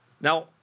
Now